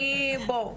בוא,